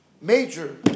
major